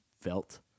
felt